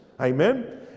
Amen